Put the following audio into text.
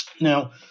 Now